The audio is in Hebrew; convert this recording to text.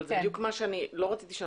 אבל זה בדיוק מה שלא רציתי,